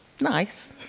Nice